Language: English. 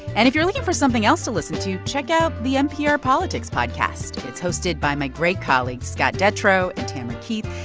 and if you're looking for something else to listen to, check out the npr politics podcast. it's hosted by my great colleagues, scott detrow and tamara keith.